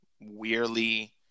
weirdly